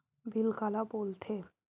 Bill काला बोल थे?